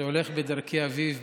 שהולך בדרכי אביו,